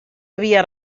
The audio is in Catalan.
havia